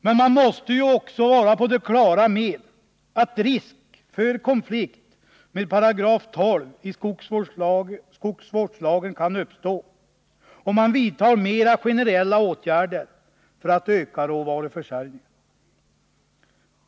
Men man måste vara på det klara med att risk för konflikt med 12 § skogsvårdslagen kan uppstå om man vidtar mera generella åtgärder för att öka råvaruförsörjningen.